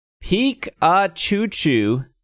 Peek-a-choo-choo